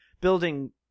building